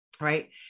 right